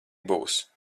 būs